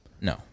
No